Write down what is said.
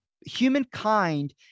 Humankind